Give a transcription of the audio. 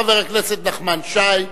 חבר הכנסת נחמן שי.